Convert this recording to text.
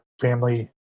family